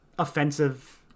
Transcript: Offensive